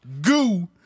Goo